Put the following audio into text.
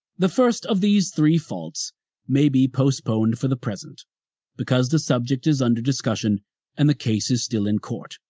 the first of these three faults may be postponed for the present because the subject is under discussion and the case is still in court,